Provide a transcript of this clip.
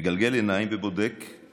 מגלגל עיניים ובודק,